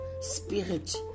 spirit